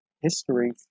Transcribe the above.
history